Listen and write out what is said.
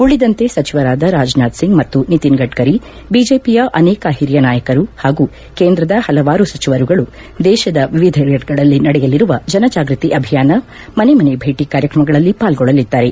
ಉಳಿದಂತೆ ಸಚಿವರಾದ ರಾಜನಾಥ್ ಸಿಂಗ್ ನಿತಿನ್ ಗಡ್ಕರಿ ಮತ್ತು ಬಿಜೆಪಿಯ ಅನೇಕ ಹಿರಿಯ ನಾಯಕರು ಹಾಗೂ ಕೇಂದ್ರದ ಹಲವಾರು ಸಚಿವರುಗಳು ದೇಶದ ವಿವಿಧೆಡೆಗಳಲ್ಲಿ ನಡೆಯಲಿರುವ ಜನಜಾಗ್ಬತಿ ಅಭಿಯಾನ ಮನೆಮನೆ ಭೇಟಿ ಕಾರ್ಯಕ್ರಮಗಳಲ್ಲಿ ಪಾಲ್ಗೊಳ್ಳಲಿದ್ದಾರೆ